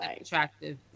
attractive